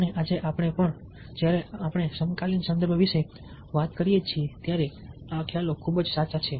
અને આજે પણ જ્યારે આપણે સમકાલીન સંદર્ભ વિશે વાત કરીએ છીએ ત્યારે આ ખ્યાલો ખૂબ જ સાચા છે